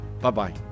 Bye-bye